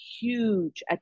huge